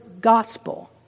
gospel